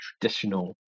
traditional